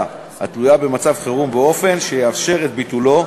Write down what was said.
התלויה במצב חירום באופן שיאפשר את ביטולו,